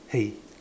hey